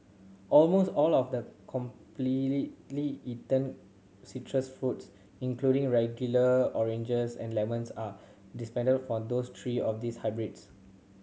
almost all of the eaten citrus fruits including regular oranges and lemons are descendant of those three or this hybrids